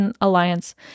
alliance